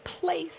place